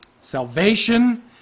Salvation